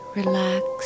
relax